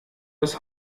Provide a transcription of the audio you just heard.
das